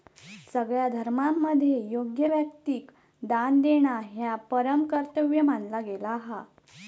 सगळ्या धर्मांमध्ये योग्य व्यक्तिक दान देणा ह्या परम कर्तव्य मानला गेला हा